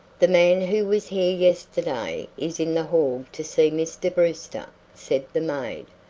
the man who was here yesterday is in the hall to see mr. brewster, said the maid,